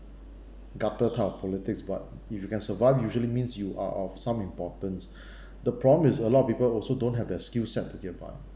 gutter type of politics but if you can survive usually means you are of some importance the problem is a lot of people also don't have the skill set to get by